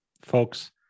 folks